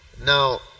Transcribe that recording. Now